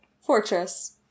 Fortress